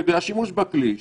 לענייני קורונה.